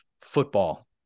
football